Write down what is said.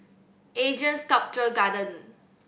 ASEAN Sculpture Garden